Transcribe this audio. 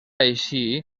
així